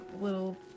little